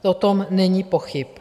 O tom není pochyb.